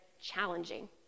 challenging